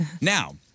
Now